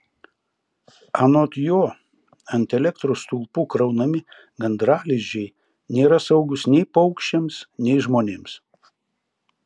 anot jo ant elektros stulpų kraunami gandralizdžiai nėra saugūs nei paukščiams nei žmonėms